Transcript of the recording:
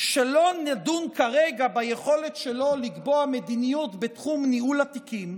שלא נדון כרגע ביכולת שלו לקבוע מדיניות בתחום ניהול התיקים,